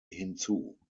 hinzu